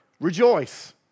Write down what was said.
Rejoice